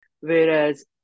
whereas